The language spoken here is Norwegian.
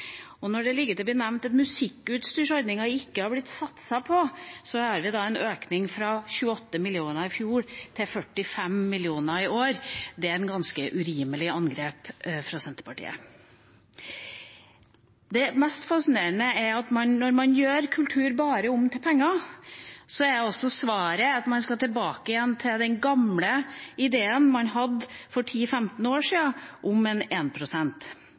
Og når det blir nevnt at musikkutstyrsordningen ikke er blitt satset på: Vi har en økning fra 28 mill. kr i fjor til 45 mill. kr i år. Det er et ganske urimelig angrep fra Senterpartiet. Det mest fascinerende er at når man gjør kultur om til bare penger, er svaret at man skal tilbake til den gamle ideen man hadde for 10–15 år siden, om